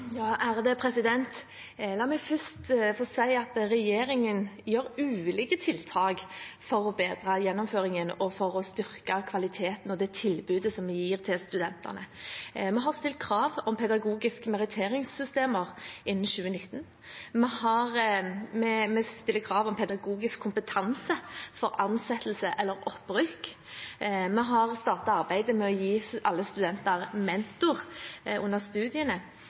La meg først få si at regjeringen setter inn ulike tiltak for å bedre gjennomføringen og for å styrke kvaliteten og det tilbudet som vi gir til studentene. Vi har stilt krav om pedagogiske meritteringssystemer innen 2019. Vi stiller krav om pedagogisk kompetanse for ansettelse eller opprykk. Vi har startet arbeidet med å gi alle studenter en mentor under studiene,